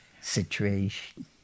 situation